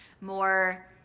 more